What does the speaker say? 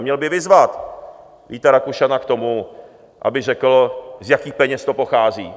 Měl by vyzvat Víta Rakušana k tomu, aby řekl, z jakých peněz to pochází.